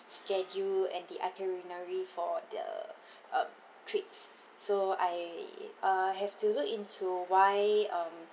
schedule and the itinerary for the um trips so I uh have to look into why um